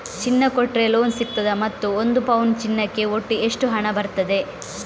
ಚಿನ್ನ ಕೊಟ್ರೆ ಲೋನ್ ಸಿಗ್ತದಾ ಮತ್ತು ಒಂದು ಪೌನು ಚಿನ್ನಕ್ಕೆ ಒಟ್ಟು ಎಷ್ಟು ಹಣ ಬರ್ತದೆ?